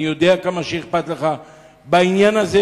אני יודע כמה אכפת לך בעניין הזה.